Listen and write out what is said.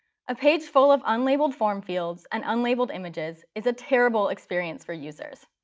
a page full of unlabeled form fields and unlabeled images is a terrible experience for users.